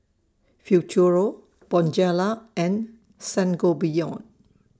Futuro Bonjela and Sangobion